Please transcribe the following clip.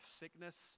sickness